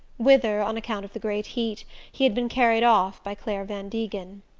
whither, on account of the great heat, he had been carried off by clare van degen.